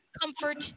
Comfort